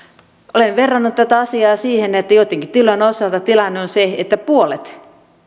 olen verrannut tätä asiaa siihen että joittenkin tilojen osalta tilanne on se että puolet